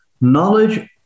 knowledge